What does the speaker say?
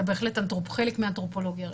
זה בהחלט חלק מהאנתרופולוגיה הרפואית.